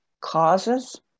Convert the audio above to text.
causes